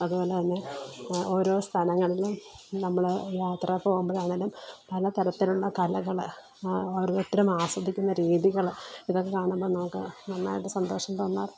അതുപോലെ തന്നെ ഓരോ സ്ഥലങ്ങളിലും നമ്മള് യാത്ര പോകുമ്പഴാണേലും പല തരത്തിലുള്ള കലകള് ഓരോത്തരും ആസ്വദിക്കുന്ന രീതികള് ഇതൊക്കെ കാണുമ്പോൾ നമുക്ക് നന്നായിട്ട് സന്തോഷം തോന്നാറ്